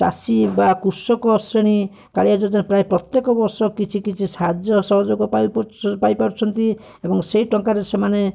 ଚାଷୀ ବା କୃଷକ ଶ୍ରେଣୀ କାଳିଆ ଯୋଜନା ପ୍ରାୟ ପ୍ରତ୍ୟେକ ବର୍ଷ କିଛି କିଛି ସାହାଯ୍ୟ ସହଯୋଗ ପାଇପାରୁଛୁ ପାଇପାରୁଛନ୍ତି ଏବଂ ସେହି ଟଙ୍କାରେ ସେମାନେ